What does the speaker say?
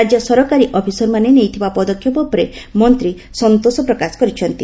ରାଜ୍ୟ ସରକାରୀ ଅଫିସରମାନେ ନେଇଥିବା ପଦକ୍ଷେପ ଉପରେ ମନ୍ତ୍ରୀ ସନ୍ତୋଷ ପ୍ରକାଶ କରିଛନ୍ତି